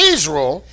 Israel